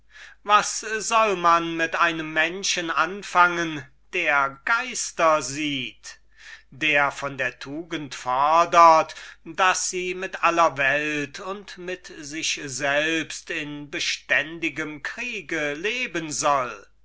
was soll man mit einem menschen anfangen der geister sieht der von der tugend fodert daß sie mit aller welt und mit sich selbst in beständigem kriege leben soll